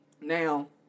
Now